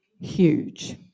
huge